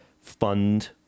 fund